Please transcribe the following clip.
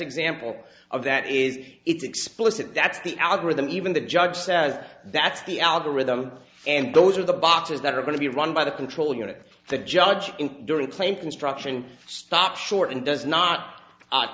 example of that is it explicit that's the algorithm even the judge says that's the algorithm and those are the boxes that are going to be run by the control unit the judge in during claim construction stopped short and does not